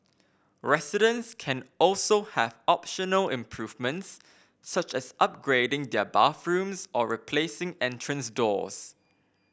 residents can also have optional improvements such as upgrading their bathrooms or replacing entrance doors